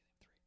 three